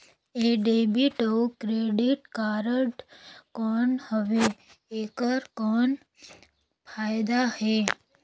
ये डेबिट अउ credit card कौन हवे एकर कौन फाइदा हे?